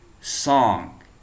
song